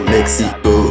Mexico